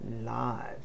lives